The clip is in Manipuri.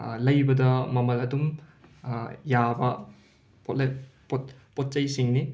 ꯂꯩꯕꯗ ꯃꯃꯜ ꯑꯗꯨꯝ ꯌꯥꯕ ꯄꯣꯠꯂꯩ ꯄꯣꯠ ꯄꯣꯠ ꯆꯩꯁꯤꯡꯅꯤ